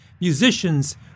musicians